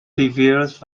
prevailed